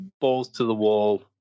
balls-to-the-wall